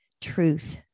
truth